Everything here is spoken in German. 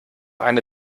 eine